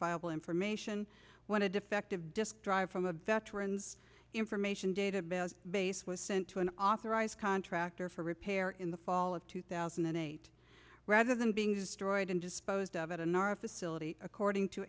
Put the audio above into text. identifiable information when a defective disk drive from a veterans information data base was sent to an the rise contractor for repair in the fall of two thousand and eight rather than being destroyed and disposed of in our facility according to